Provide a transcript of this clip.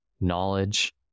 knowledge